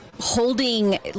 holding